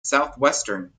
southwestern